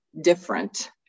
different